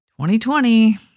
2020